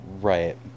Right